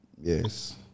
yes